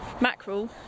Mackerel